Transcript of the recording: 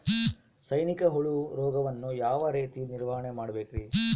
ಸೈನಿಕ ಹುಳು ರೋಗವನ್ನು ಯಾವ ರೇತಿ ನಿರ್ವಹಣೆ ಮಾಡಬೇಕ್ರಿ?